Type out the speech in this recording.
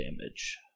damage